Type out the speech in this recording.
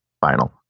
final